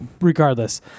Regardless